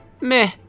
meh